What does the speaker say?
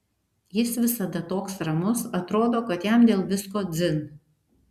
jis visada toks ramus atrodo kad jam dėl visko dzin